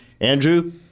Andrew